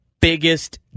biggest